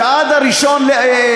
שעד 1 ביוני,